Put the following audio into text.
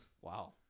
wow